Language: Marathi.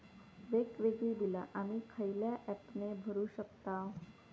वेगवेगळी बिला आम्ही खयल्या ऍपने भरू शकताव?